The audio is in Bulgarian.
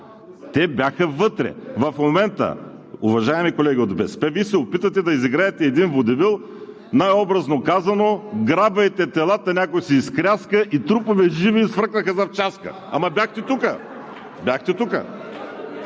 Те бяха вътре. В момента, уважаеми колеги от БСП, Вие се опитвате да изиграете един водевил, най-образно казано: грабвайте телата – някой се изкряска – и трупове живи фръкнаха завчаска. (Шум и реплики от „БСП